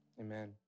amen